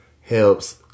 helps